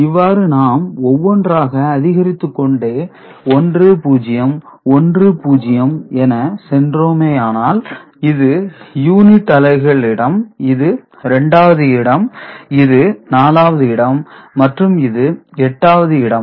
இவ்வாறு நாம் ஒவ்வொன்றாக அதிகரித்துக்கொண்டே 1 0 1 0 என சென்றோமானால் இது யூனிட் அலகுகள் இடம் இது 2 வது இடம் இது 4 வது இடம் மற்றும் இது 8 வது இடம்